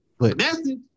Message